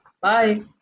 Bye